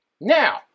Now